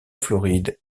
floride